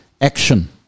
action